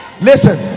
Listen